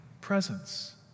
presence